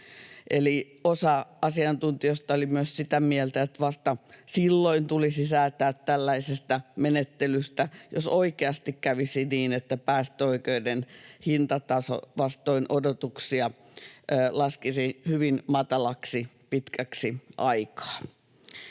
Osa asiantuntijoista oli myös sitä mieltä, että vasta silloin tulisi säätää tällaisesta menettelystä, jos oikeasti kävisi niin, että päästöoikeuden hintataso vastoin odotuksia laskisi hyvin matalaksi pitkäksi aikaa.